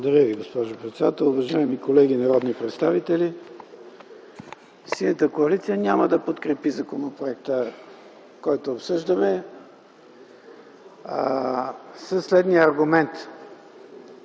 Ви, госпожо председател. Уважаеми колеги народни представители, Синята коалиция няма да подкрепи законопроекта, който обсъждаме, със следния аргумент